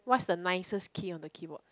what's the nicest key on the keyboard